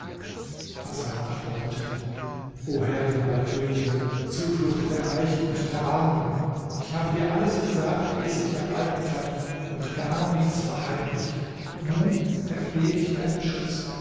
hasan antwortete o herrin aller könige zuflucht der reichen und der armen ich habe dir alles gesagt wie es sich ereignet hat und gar nichts verheimlicht nun erflehe ich deinen schutz